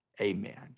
amen